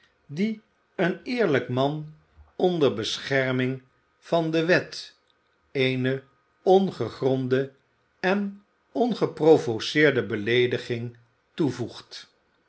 die een eerlijk man onder bescherming van de wet eene ongegronde en ongeprovoceerde beleediging toevoegt